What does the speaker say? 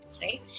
Right